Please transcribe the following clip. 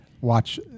watch